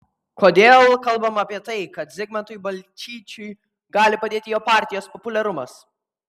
kodėl kalbama apie tai kad zigmantui balčyčiui gali padėti jo partijos populiarumas